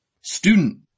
Student